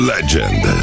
Legend